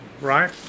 right